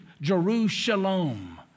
Jerusalem